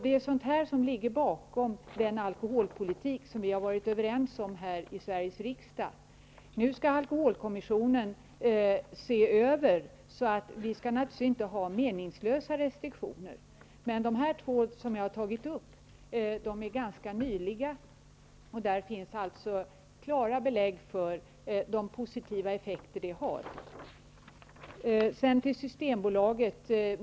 Det är sådant som ligger bakom den alkoholpolitik som vi har varit överens om här i Sveriges riksdag. Nu skall alkoholkommissionen se över bestämmelserna. Vi skall naturligtvis inte ha meningslösa restriktioner. Men de här två som jag har tagit upp är ganska nya, och där finns klara belägg för de positiva effekter de har. Sedan till Systembolaget.